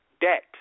debt